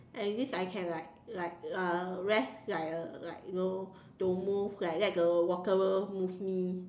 at least I can like like uh rest like a like you know don't move like let the water move me